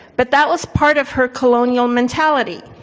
but that was part of her colonial mentality.